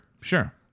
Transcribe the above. Sure